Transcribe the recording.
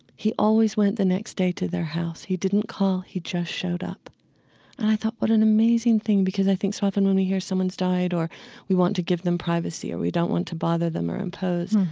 he always went the next day to their house. he didn't call he just showed up. and i thought what an amazing thing, because i think so often when we hear someone's died or we want to give them privacy or we don't want to bother them or impose.